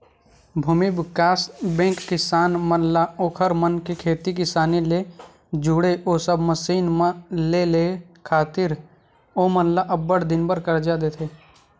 भूमि बिकास बेंक किसान मन ला ओखर मन के खेती किसानी ले जुड़े ओ सब मसीन मन ल लेय खातिर ओमन ल अब्बड़ दिन बर करजा देथे